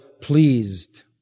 pleased